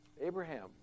Abraham